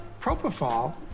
Propofol